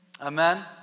Amen